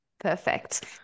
Perfect